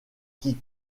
qui